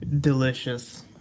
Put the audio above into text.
Delicious